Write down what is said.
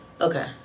Okay